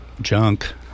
junk